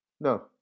No